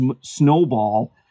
snowball